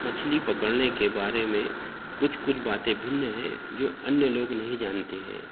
मछली पकड़ने के बारे में कुछ कुछ बातें भिन्न हैं जो अन्य लोग नहीं जानते है